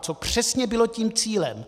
Co přesně bylo tím cílem.